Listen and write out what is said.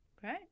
Great